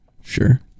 Sure